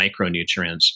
micronutrients